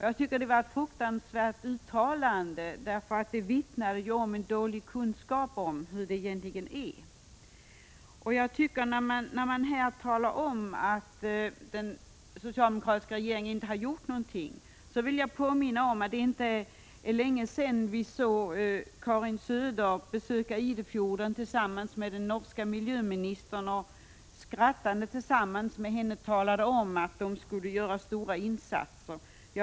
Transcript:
Jag tycker att det var ett förödande uttalande, för det vittnar ju om dålig kunskap om hur det egentligen är. När man här talar om att den socialdemokratiska regeringen inte har gjort någonting, så vill jag påminna om att det inte är länge sedan Karin Söder besökte Idefjorden tillsammans med den norska miljöministern och skrattande tillsammans med henne talade om att de skulle göra stora insatser.